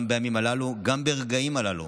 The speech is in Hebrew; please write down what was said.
גם בימים הללו, גם ברגעים הללו,